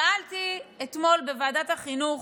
שאלתי אתמול בוועדת החינוך,